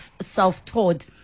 self-taught